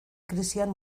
krisian